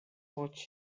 watch